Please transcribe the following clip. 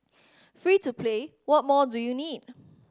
free to play what more do you need